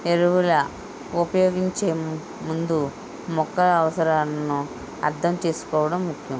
ఎరువుల ఉపయోగించే ముందు మొక్కల అవసరాలను అర్థం చేసుకోవడం ముఖ్యం